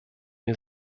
mir